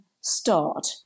start